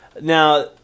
Now